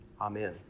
Amen